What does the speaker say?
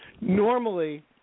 Normally